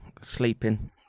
sleeping